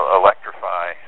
electrify